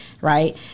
Right